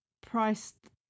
priced